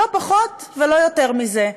לא פחות ולא יותר מזה.